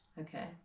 Okay